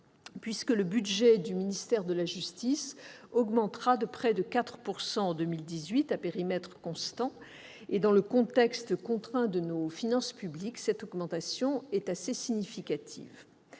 actes : le budget du ministère augmentera de près de 4 % en 2018 à périmètre constant. Dans le contexte contraint de nos finances publiques, une telle augmentation est assez significative.